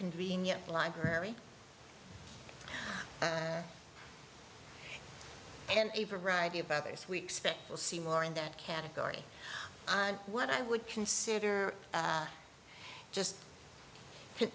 convenient library and a variety of others we expect will see more in that category on what i would consider just